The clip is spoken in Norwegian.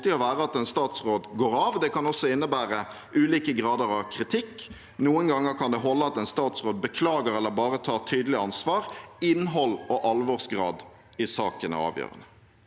å være at en statsråd går av. Det kan også innebære ulike grader av kritikk. Noen ganger kan det holde at en statsråd beklager eller bare tar tydelig ansvar. Innhold og alvorsgrad i saken er avgjørende.